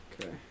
Okay